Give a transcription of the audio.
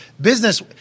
Business